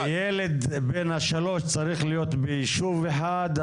הילד בן ה-3 צריך להיות ביישוב אחד,